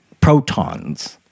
protons